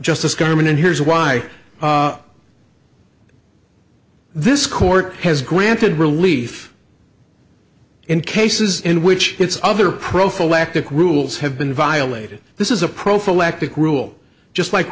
justice government and here's why this court has granted relief in cases in which its other prophylactic rules have been violated this is a prophylactic rule just like